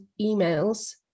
emails